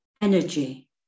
energy